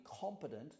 competent